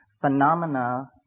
phenomena